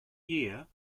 year